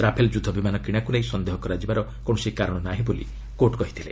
Rafale ଯୁଦ୍ଧ ବିମାନ କିଣାକୁ ନେଇ ସନ୍ଦେହ କରିବାର କୌଣସି କାରଣ ନାହିଁ ବୋଲି କୋର୍ଟ କହିଥିଲେ